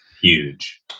Huge